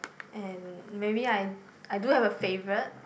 and maybe I I do have a favorite